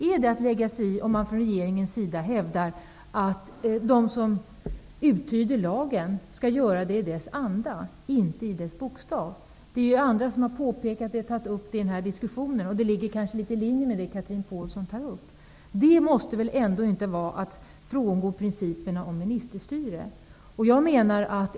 Är det att lägga sig i om man från regeringens sida hävdar att de som uttyder lagen skall göra det i dess anda, inte i dess bokstavliga mening? Även andra har tagit upp detta i den här diskussionen. Kanske ligger det litet i linje med det som Chatrine Pålsson tog upp. Det kan väl ändå inte vara fråga om att frångå principerna om ministerstyre.